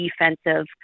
defensive